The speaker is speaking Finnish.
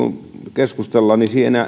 keskustellaan